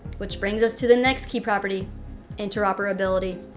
which brings us to the next key property interoperability.